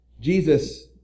Jesus